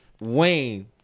Wayne